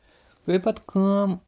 کریو پَتہٕ کٲم